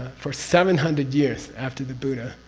for seven hundred years after the buddha,